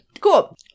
cool